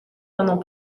pendant